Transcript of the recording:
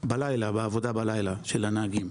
בלילה, בעבודה בלילה של הנהגים.